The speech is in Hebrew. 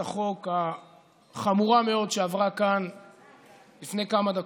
החוק החמורה מאוד שעברה כאן לפני כמה דקות.